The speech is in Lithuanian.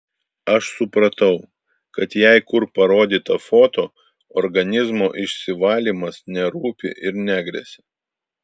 aš supratau kad jai kur parodyta foto organizmo išsivalymas nerūpi ir negresia